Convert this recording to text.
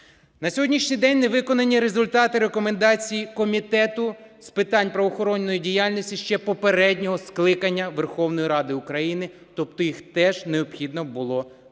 На сьогоднішній день не виконані результати рекомендацій Комітету з питань правоохоронної діяльності ще попереднього скликання Верховної Ради України, тобто їх теж необхідно було виконати.